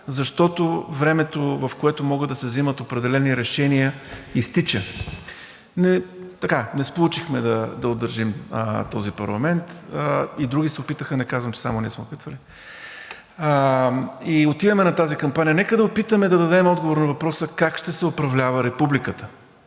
защото времето, в което могат да се вземат определени решения, изтича. Не сполучихме да удържим този парламент. И други се опитаха, не казвам, че само ние сме опитвали, и отиваме на тази кампания. Нека да опитаме да дадем отговор на въпроса как ще се управлява републиката,